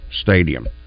Stadium